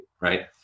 right